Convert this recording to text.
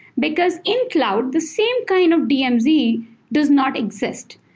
because in cloud, the same kind of dmz does not exist.